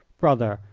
brother,